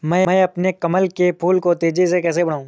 मैं अपने कमल के फूल को तेजी से कैसे बढाऊं?